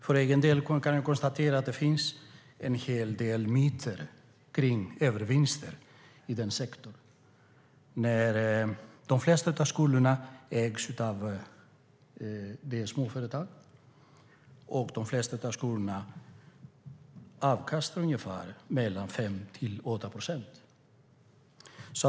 För egen del kan jag konstatera att det finns en hel del myter om övervinster i denna sektor.De flesta av skolorna ägs av småföretag, och de flesta av skolorna avkastar ungefär 5-8 procent.